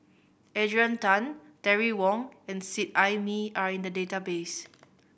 Adrian Tan Terry Wong and Seet Ai Mee are in the database